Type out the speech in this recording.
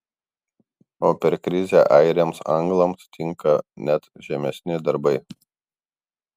o per krizę airiams anglams tinka net žemesni darbai